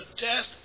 death